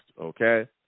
okay